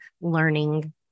learning